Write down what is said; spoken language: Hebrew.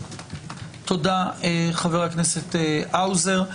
תודה, חבר הכנסת האוזר.